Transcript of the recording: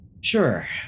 Sure